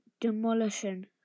demolition